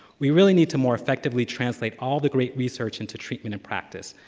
we really need to more effectively translate all the great research into treatment and practice.